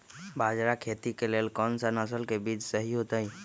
बाजरा खेती के लेल कोन सा नसल के बीज सही होतइ?